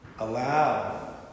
allow